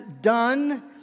done